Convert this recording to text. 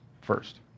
first